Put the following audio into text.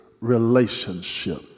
relationship